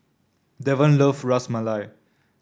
Davon love Ras Malai